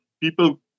People